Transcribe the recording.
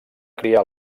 criar